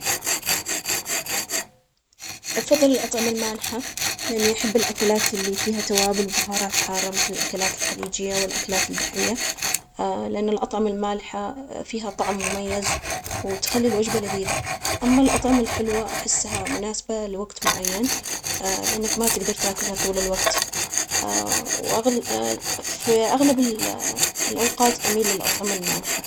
آنا أحب الأطعمة المالحة أكثر, يا أخي استمتع بالطعام التقليدي, مثل الشوربة والأطباق المشوية, اللي طعمت ملوحتها ظاهرة, الأطعمة المالحة تعطي طعم قوي, وخصوصاً مع الارز واللحم, لكن آني ما أرفض الحلوى بين فترة وفترة, أتناولها واستمتع بيها, لكن الأطعمة المالحة تظل المفضلة عندي واللي ما أبديها على غيرها.